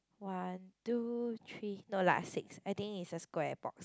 one two three no lah six I think is a square box